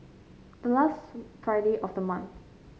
the last Friday of the month